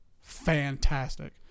fantastic